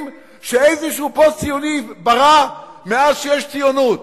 שאיזשהו פוסט-ציוני ברא מאז שיש ציונות,